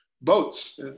boats